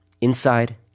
inside